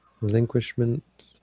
relinquishment